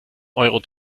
euro